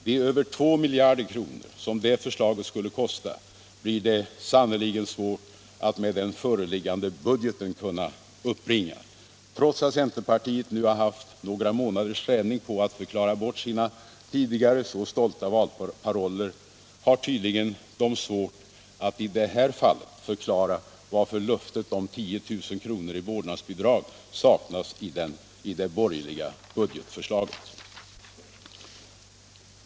De över 2 miljarder kronor som det förslaget skulle kosta blir det sannerligen svårt att med den föreliggande budgeten kunna uppbringa. Trots att centerpartiet nu har haft några månaders träning på att förklara bort sina tidigare så stolta valparoller, har det tydligen svårt att i det här fallet förklara varför löftet om 10 000 kr. i vårdnadsbidrag saknas i det borgerliga budgetförslaget.